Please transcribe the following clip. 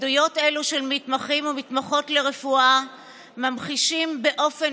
עדויות אלו של מתמחים ומתמחות לרפואה ממחישים באופן